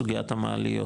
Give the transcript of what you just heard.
סוגיית המעליות